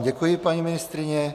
Děkuji vám, paní ministryně.